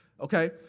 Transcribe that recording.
okay